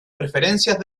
preferencias